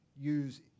use